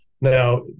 Now